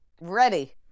Ready